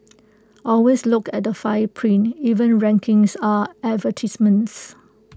always look at the fine print even rankings are advertisements